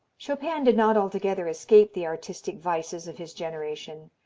chopin did not altogether escape the artistic vices of his generation.